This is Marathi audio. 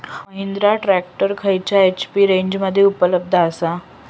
महिंद्रा ट्रॅक्टर खयल्या एच.पी रेंजमध्ये उपलब्ध आसा?